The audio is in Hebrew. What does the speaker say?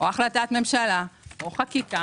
או החלטת ממשלה או חקיקה,